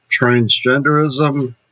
transgenderism